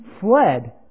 fled